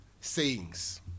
sayings